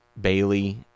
Bailey